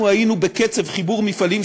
אנחנו היינו בקצב חיבור מפעלים,